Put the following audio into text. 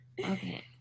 okay